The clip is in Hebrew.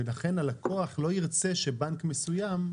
ולכן הלקוח לא ירצה שבנק מסויים,